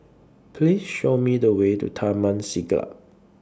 Please Show Me The Way to Taman Siglap